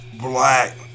black